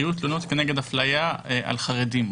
היו תלונות נגד אפליה על חרדים.